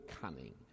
cunning